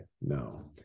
no